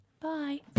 Bye